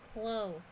close